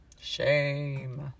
Shame